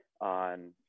on